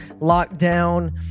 lockdown